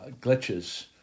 glitches